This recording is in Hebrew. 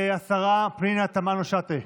השרה פנינה תמנו שטה.